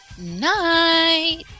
Night